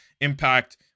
impact